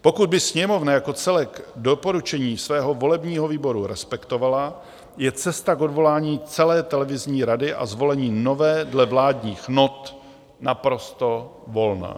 Pokud by Sněmovna jako celek doporučení svého volebního výboru respektovala, je cesta k odvolání celé televizní rady a zvolení nové dle vládních not naprosto volná.